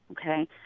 okay